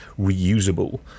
reusable